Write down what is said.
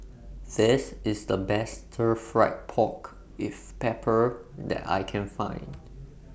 This IS The Best Stir Fried Pork with Pepper that I Can Find